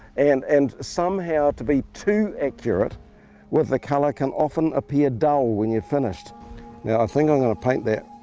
and and somehow, to be too accurate with the colour can often appear dull when you're finished. now i ah think i'm going to paint that